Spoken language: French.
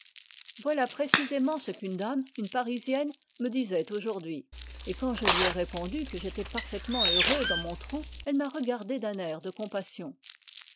voilà précisément ce qu'une dame me disait aujourd'hui et quand je lui ai répondu que j'étais parfaitement heureux dans mon trou elle m'a regardé d'un air de compassion